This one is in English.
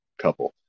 couple